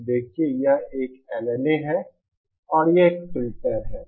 तो देखिये यह एक LNA है और यह एक फ़िल्टर है